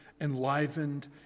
enlivened